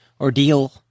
ordeal